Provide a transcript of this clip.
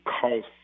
cost